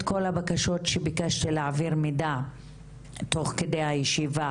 את כל הבקשות שביקשתי להעביר מידע תוך כדי הישיבה,